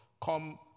come